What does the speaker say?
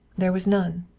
there was none.